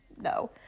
No